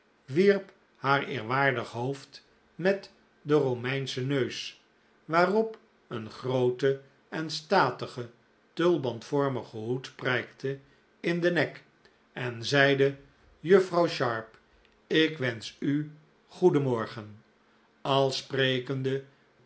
haar eerwaardig hoofd met den romeinschen neus waarop een groote en statige tulbandvormige hoed prijkte in den nek en zeide juffrouw sharp ik wensch u goeden morgen al sprekende